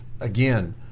again